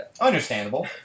Understandable